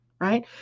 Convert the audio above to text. right